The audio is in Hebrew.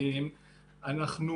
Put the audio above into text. (מוקרן שקף,